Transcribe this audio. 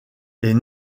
les